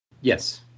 Yes